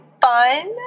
fun